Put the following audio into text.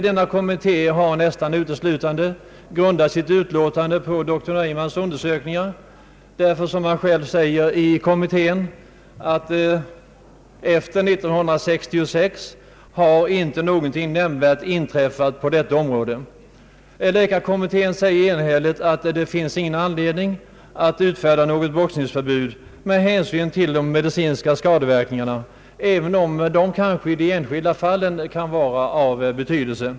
Denna kommitté har nästan uteslutande grundat sitt utlåtande på doktor Naumanns undersökningar därför att — som kommittén själv framhåller — efter år 1966 någonting nämnvärt på detta område inte har inträffat. Läkarkommittén förklarade enhälligt att det inte finns anledning att utfärda något boxningsförbud med hänsyn till de medicinska skadeverkningarna, även om dessa i de enskilda fallen kanske kan vara av betydelse.